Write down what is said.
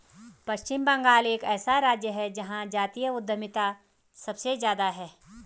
पश्चिम बंगाल एक ऐसा राज्य है जहां जातीय उद्यमिता सबसे ज्यादा हैं